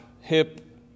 hip